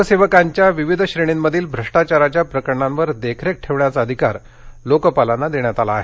लोकसेवकांच्या विविध श्रेणींमधील भ्रष्टाचाराच्या प्रकरणांवर देखरेख ठेवण्याचा अधिकार लोकपालांना देण्यात आला आहे